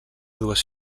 dues